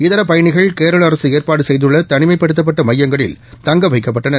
இதர பயணிகள் கேரள அரசு ஏற்பாடு செய்துள்ள தனிமைப்படுத்தப்பட்ட மையங்களில் தங்க வைக்கப்பட்டனர்